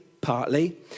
partly